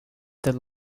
that